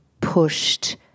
pushed